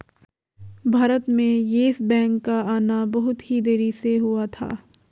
भारत में Yes Bank का आना बहुत ही देरी से हुआ था